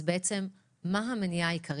בעצם, מה המניעה העיקרית?